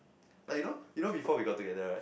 like you know you know before we got together right